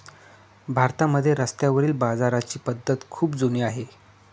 भारतामध्ये रस्त्यावरील बाजाराची पद्धत खूप जुनी आहे